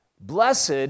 Blessed